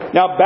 Now